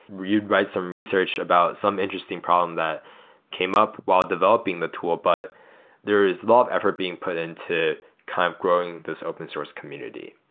you'd write some research about some interesting problem that came up while developing the tool. but there is a lot of effort being put into kind of growing this open source community.